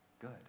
good